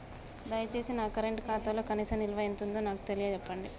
దయచేసి నా కరెంట్ ఖాతాలో కనీస నిల్వ ఎంతుందో నాకు తెలియచెప్పండి